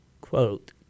quote